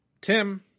Tim